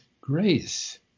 grace